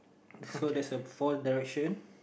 so there's a four direction